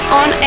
on